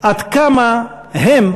עד כמה הם,